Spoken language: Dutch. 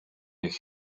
een